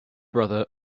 brother